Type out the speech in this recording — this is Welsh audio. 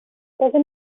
fyddwn